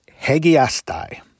hegiastai